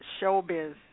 showbiz